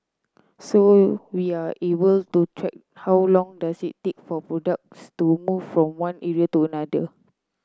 so we're able to track how long does it take for products to move from one area to another